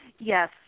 Yes